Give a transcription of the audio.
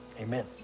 Amen